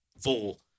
fool